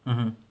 mmhmm